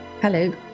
hello